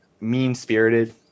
mean-spirited